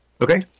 Okay